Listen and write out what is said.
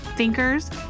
thinkers